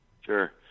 Sure